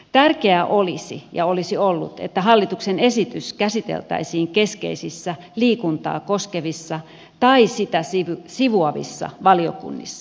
tärkeää olisi ja olisi ollut että hallituksen esitys käsiteltäisiin keskeisissä liikuntaa koskevissa tai sitä sivuavissa valiokunnissa